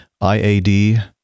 IAD